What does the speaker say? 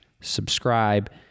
subscribe